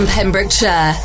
Pembrokeshire